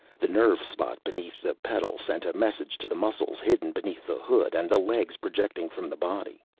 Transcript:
the nerve-spot beneath the pedal sent a message to the muscles hidden beneath the hood and the legs projecting from the body.